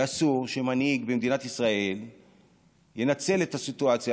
ואסור שמנהיג במדינת ישראל ינצל את הסיטואציה